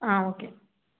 ஆ okay